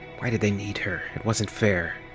why did they need her, it wasn't fair!